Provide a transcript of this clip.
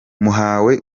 muhawe